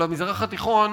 למזרח התיכון,